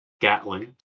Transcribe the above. Gatling